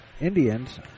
Indians